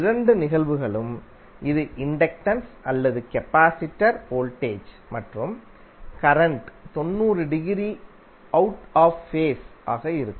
இரண்டு நிகழ்வுகளும் இது இண்டக்டன்ஸ் அல்லது கபாசிடர் வோல்டேஜ் மற்றும் current 90 degree out of phase ஆக இருக்கும்